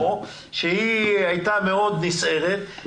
שהייתה נסערת מאוד,